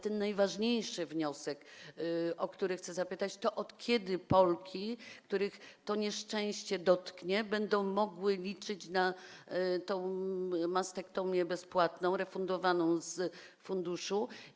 Ten najważniejszy wniosek, o który chcę zapytać, to ten, od kiedy Polki, których to nieszczęście dotknie, będą mogły liczyć na mastektomię bezpłatną, refundowaną z funduszu.